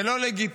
זה לא לגיטימי